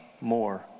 more